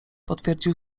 potwierdził